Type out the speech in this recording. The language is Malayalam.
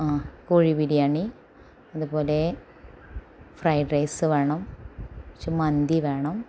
ആ കോഴി ബിരിയാണി അതുപോലെ ഫ്രൈഡ് റൈസ് വേണം കുറച്ചു മന്തി വേണം